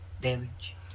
damage